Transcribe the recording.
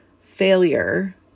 failure